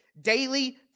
daily